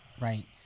right